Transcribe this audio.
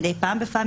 מדי פעם בפעם,